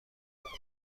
میکنه